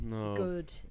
good